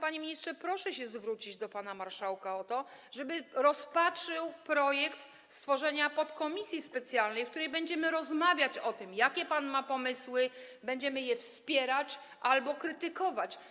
Panie ministrze, proszę się zwrócić do pana marszałka o to, żeby rozpatrzył projekt stworzenia podkomisji specjalnej, w której będziemy rozmawiać o tym, jakie pan ma pomysły, będziemy je wspierać albo krytykować.